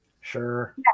Sure